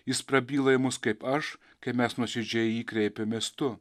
jis prabyla į mus kaip aš kai mes nuoširdžiai į jį kreipiamės tu